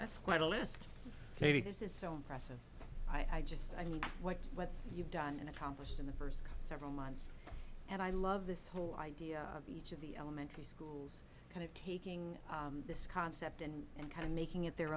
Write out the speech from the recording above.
that's quite a list maybe this is so impressive i just i mean what what you've done and accomplished in the first several months and i love this whole idea of each of the elementary schools kind of taking this concept and kind of making it their